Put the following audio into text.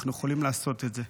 אנחנו יכולים לעשות את זה.